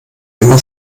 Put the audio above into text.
immer